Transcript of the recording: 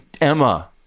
Emma